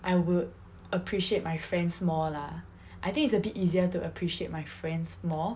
I would appreciate my friends more lah I think it's a bit easier to appreciate my friends more